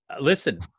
Listen